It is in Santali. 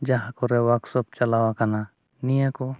ᱡᱟᱦᱟᱸ ᱠᱚᱨᱮ ᱪᱟᱞᱟᱣ ᱟᱠᱟᱱᱟ ᱱᱤᱭᱟᱹ ᱠᱚ